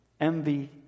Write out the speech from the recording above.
envy